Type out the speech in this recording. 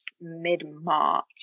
mid-March